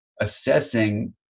assessing